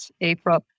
April